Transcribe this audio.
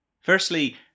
Firstly